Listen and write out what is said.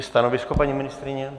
Stanovisko paní ministryně?